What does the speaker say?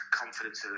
confidence